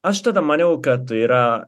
aš tada maniau kad yra